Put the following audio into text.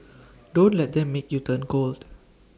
don't let them make you turn cold